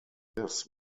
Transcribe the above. this